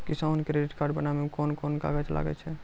किसान credit card बनाबै मे कोन कोन कागज लागै छै?